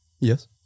Yes